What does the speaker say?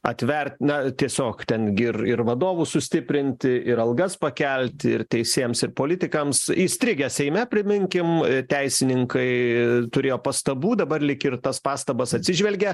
atvert na tiesiog ten gi ir ir vadovus sustiprinti ir algas pakelti ir teisėjams ir politikams įstrigę seime priminkim teisininkai turėjo pastabų dabar lyg ir tas pastabas atsižvelgė